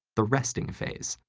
the resting phase,